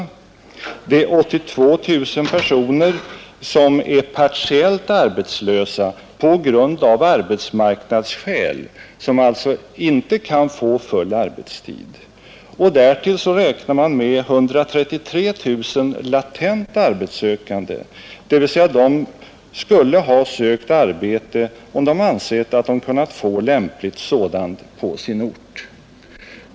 vidare är det 82 000 personer som är partiellt arbetslösa av arbetsmarknadsskäl och som alltså inte kan få full arbetstid. Därtill räknar man med 133 000 latent arbetssökande, dvs. de skulle ha sökt arbete om de ansett att de kunnat få lämpligt sådant på sin ort.